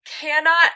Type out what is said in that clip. cannot-